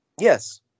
Yes